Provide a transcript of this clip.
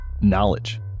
Knowledge